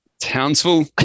Townsville